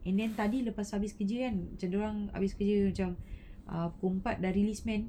and then tadi lepas aku habis kerja kan dia orang habis kerja macam err pukul empat dah release man